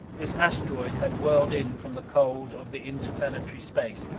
this asteroid had whirled in from the cold of the interplanetary space,